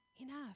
Enough